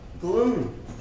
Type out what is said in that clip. gloom